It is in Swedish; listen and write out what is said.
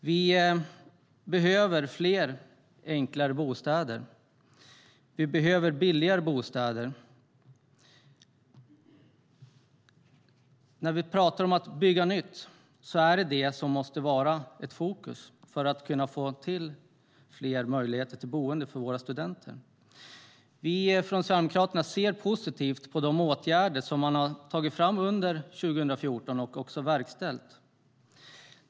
Det behövs fler enklare och billigare bostäder. Att bygga nytt är det som måste vara i fokus för att man ska kunna få till fler möjligheter till boende för studenter. Vi från Sverigedemokraterna ser positivt på de åtgärder som man har tagit fram under 2014 och också vidtagit.